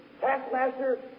taskmaster